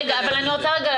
רגע, אני ממשיכה.